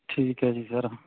ਠੀਕ ਹੈ ਜੀ ਸਰ